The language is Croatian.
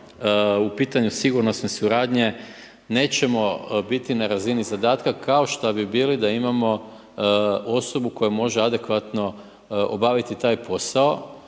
u pitanju sigurnosne suradnje nećemo biti na razini zadatka kao što bi bili da imamo osobu koja može adekvatno obaviti taj posao